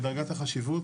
בדרגת החשיבות,